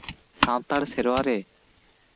Santal ᱥᱮᱨᱣᱟᱨᱮ